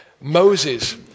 Moses